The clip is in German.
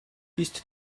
ist